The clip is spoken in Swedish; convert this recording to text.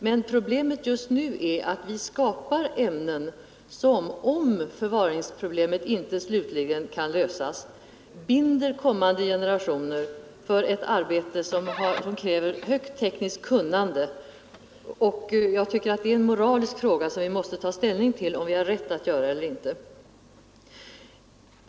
Men problemet just nu är att vi skapar ämnen som, om förvaringsproblemet inte slutligen kan lösas, binder kommande generationer för ett arbete som kräver högt tekniskt kunnande. Det är en moralisk fråga som vi måste ta ställning till, om vi har rätt att göra det eller inte.